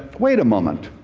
wait a moment.